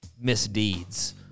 misdeeds